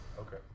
Okay